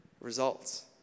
results